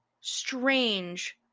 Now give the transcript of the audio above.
strange